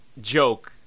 joke